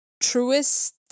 truest